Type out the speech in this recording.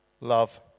love